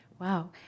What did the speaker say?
Wow